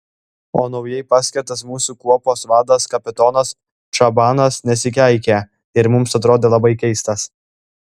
o naujai paskirtas mūsų kuopos vadas kapitonas čabanas nesikeikė ir mums atrodė labai keistas